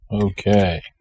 okay